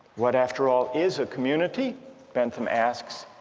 what after all is a community bentham asks,